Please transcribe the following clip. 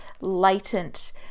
latent